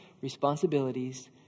Responsibilities